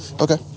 Okay